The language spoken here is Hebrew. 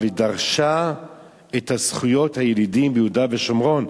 ודרשה את זכויות הילידים ביהודה ושומרון,